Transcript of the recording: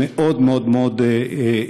והם מאוד מאוד מאוד התרגשו.